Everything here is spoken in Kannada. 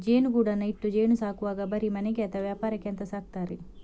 ಜೇನುಗೂಡನ್ನ ಇಟ್ಟು ಜೇನು ಸಾಕುವಾಗ ಬರೀ ಮನೆಗೆ ಅಥವಾ ವ್ಯಾಪಾರಕ್ಕೆ ಅಂತ ಸಾಕ್ತಾರೆ